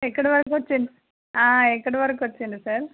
ఎక్కడ వరకు వచిన్ ఎక్కడి వరకు వచ్చింనారు సార్